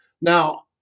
Now